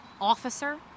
officer